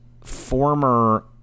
former